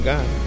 God